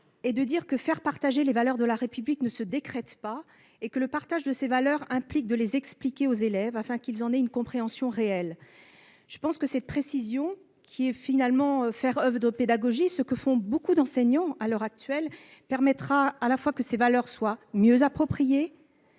Robert. « Faire partager » les valeurs de la République ne se décrète pas. En outre, le partage de ces valeurs implique de les expliquer aux élèves, afin que ceux-ci en aient une compréhension réelle. Cette précision, qui revient à faire oeuvre de pédagogie, ce que font beaucoup d'enseignants à l'heure actuelle, permettra à la fois que ces valeurs soient mieux appropriées,